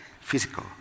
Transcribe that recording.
physical